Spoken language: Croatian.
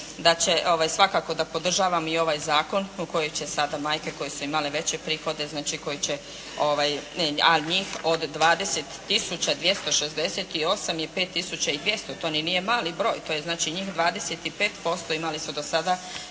da će, svakako da podržavam i ovaj Zakon u kojem će sada majke koje su imale veće prihode, znači koji će, ali njih od 20 tisuća 268 je 5 tisuća i 200, to ni nije mali broj. To je znači njih 25% imali su do sada